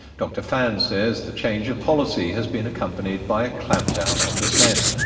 dr fan says the change of policy has been accompanied by a clampdown on dissent.